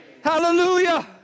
Hallelujah